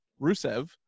Rusev